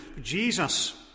Jesus